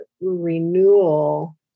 renewal